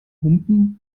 humpen